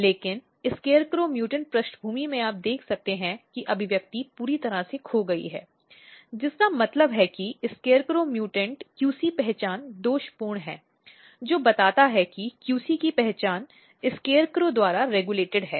लेकिन scarecrow म्यूटेंटपृष्ठभूमि में आप देख सकते हैं कि अभिव्यक्ति पूरी तरह से खो गई है जिसका मतलब है कि scarecrow म्यूटेंट QC पहचान दोषपूर्ण है जो बताता है कि QC की पहचान SCARECROW द्वारा रेगुलेटेड है